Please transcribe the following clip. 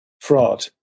fraud